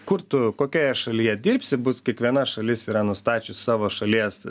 kur tu kokioje šalyje dirbsi bus kiekviena šalis yra nustačius savo šalies